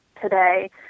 today